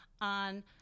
on